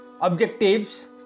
objectives